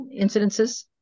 incidences